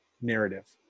narrative